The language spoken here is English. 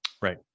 Right